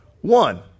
One